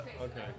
Okay